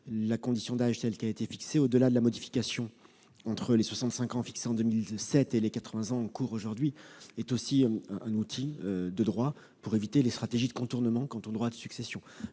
La condition d'âge qui a été fixée, au-delà de la modification entre les soixante-cinq ans en 2007 et les quatre-vingts ans en vigueur aujourd'hui, est aussi un outil de droit pour éviter les stratégies de contournement quant aux droits de succession.